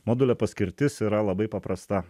modulio paskirtis yra labai paprasta